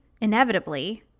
inevitably